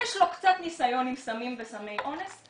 יש לה קצת ניסיון עם סמים וסמי אונס.